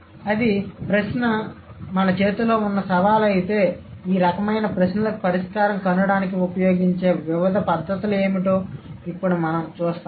అది ప్రశ్న మన చేతిలో ఉన్న సవాలు అయితే ఈ రకమైన ప్రశ్నలకు పరిష్కారం కనుగొనడానికి ఉపయోగించే వివిధ పద్ధతులు ఏమిటో ఇప్పుడు మనం చూస్తాము